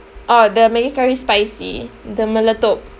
orh the Maggi curry spicy the meletup